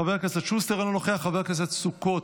חבר הכנסת שוסטר, אינו נוכח, חבר הכנסת סוכות,